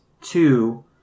two